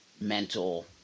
mental